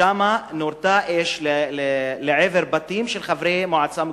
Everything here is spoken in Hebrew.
ושמה נורתה אש לעבר בתים של חברי מועצה מקומית.